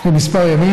לפני כמה ימים,